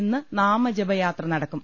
ഇന്ന് നാമജപയാത്ര നടക്കും